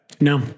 No